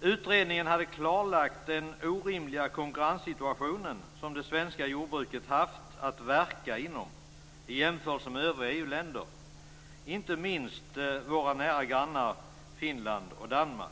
Utredningen hade klarlagt den orimliga konkurrenssituationen som det svenska jordbruket haft att verka inom i jämförelse med övriga EU-länder, inte minst våra nära grannar Finland och Danmark.